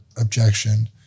objection